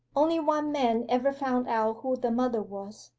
only one man ever found out who the mother was.